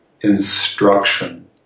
instruction